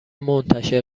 منتشر